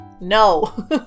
No